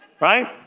right